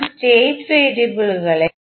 നമ്മൾ സ്റ്റേറ്റ് വേരിയബിളുകളെ